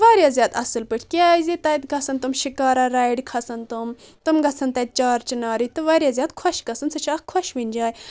واریاہ زیادٕ اصٕل پاٹھۍ کیازِ تتہِ گژھن تم شکارا رایڑِ کھسن تِم تم گژھن تتہِ چار چنارِ تہٕ واریاہ زیادٕ خۄش گژھن سُہ چھِ اکھ خوشوٕنۍ جاے